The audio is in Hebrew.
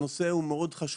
הנושא הוא מאוד חשוב.